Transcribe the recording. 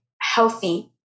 healthy